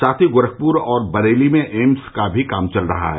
साथ ही गोरखपुर और बरेली में एम्स का भी काम चल रहा है